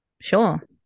sure